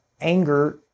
anger